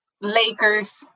Lakers